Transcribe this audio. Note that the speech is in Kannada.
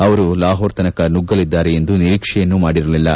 ಅವರು ಲಾಹೋರ್ ತನಕ ನುಗ್ಗಲಿದ್ದಾರೆ ಎಂದು ನಿರೀಕ್ಷೆಯನ್ನೂ ಮಾಡಿರಲಿಲ್ಲ